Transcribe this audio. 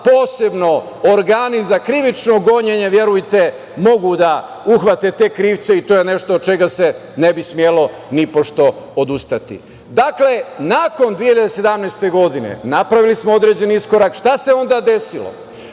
posebno organi za krivično gonjenje, verujte, mogu da uhvate te krivce i to je nešto od čega se ne bi smelo nipošto odustati. Dakle, nakon 2017. godine napravili smo određeni iskorak. Šta se onda desilo?